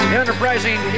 enterprising